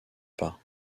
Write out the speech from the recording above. pas